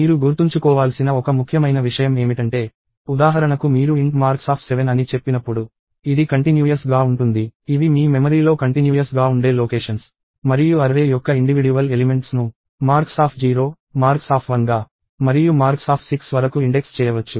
మీరు గుర్తుంచుకోవాల్సిన ఒక ముఖ్యమైన విషయం ఏమిటంటే ఉదాహరణకు మీరు int marks7 అని చెప్పినప్పుడు ఇది కంటిన్యూయస్ గా ఉంటుంది ఇవి మీ మెమరీలో కంటిన్యూయస్ గా ఉండే లొకేషన్ మరియు అర్రే యొక్క ఇండివిడ్యువల్ ఎలిమెంట్స్ ను marks0 marks1 గా మరియు marks6 వరకు ఇండెక్స్ చేయవచ్చు